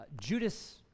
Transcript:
Judas